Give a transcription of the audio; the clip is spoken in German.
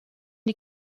die